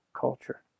culture